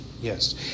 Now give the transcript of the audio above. yes